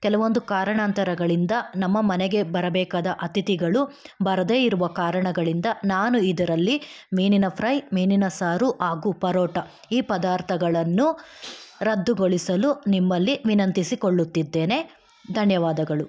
ಕೆಲವೊಂದು ಕಾರಣಾಂತರಗಳಿಂದ ನಮ್ಮ ಮನೆಗೆ ಬರಬೇಕಾದ ಅತಿಥಿಗಳು ಬರದೇ ಇರುವ ಕಾರಣಗಳಿಂದ ನಾನು ಇದರಲ್ಲಿ ಮೀನಿನ ಫ್ರೈ ಮೀನಿನ ಸಾರು ಹಾಗು ಪರೋಟ ಈ ಪದಾರ್ಥಗಳನ್ನು ರದ್ದುಗೊಳಿಸಲು ನಿಮ್ಮಲ್ಲಿ ವಿನಂತಿಸಿಕೊಳ್ಳುತ್ತಿದ್ದೇನೆ ಧನ್ಯವಾದಗಳು